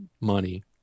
money